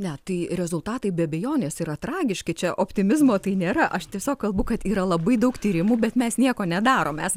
ne tai rezultatai be abejonės yra tragiški čia optimizmo tai nėra aš tiesiog kalbu kad yra labai daug tyrimų bet mes nieko nedarom mes